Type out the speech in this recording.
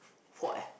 forty